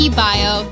bio